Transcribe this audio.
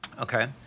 Okay